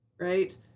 right